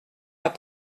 pas